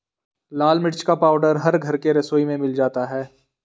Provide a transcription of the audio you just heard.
लाल मिर्च का पाउडर हर घर के रसोई में मिल जाता है